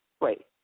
wait